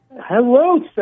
hello